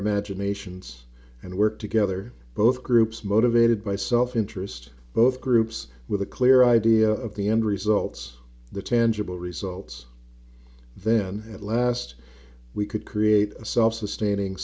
imaginations and work together both groups motivated by self interest both groups with a clear idea of the end results the tangible results then at last we could create a self sustaining